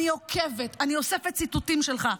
אני עוקבת, אני אוספת ציטוטים שלך.